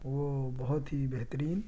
وہ بہت ہی بہترین